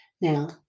Now